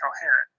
coherent